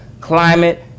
climate